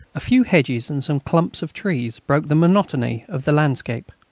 a few hedges and some clumps of trees broke the monotony of the landscape.